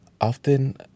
often